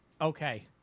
Okay